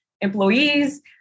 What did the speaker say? employees